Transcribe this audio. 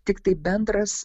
tiktai bendras